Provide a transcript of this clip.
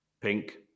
pink